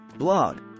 blog